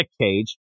cage